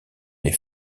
les